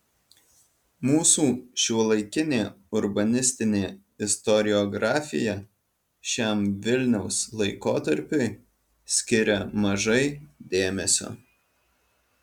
mūsų šiuolaikinė urbanistinė istoriografija šiam vilniaus laikotarpiui skiria mažai dėmesio